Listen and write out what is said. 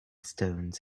stones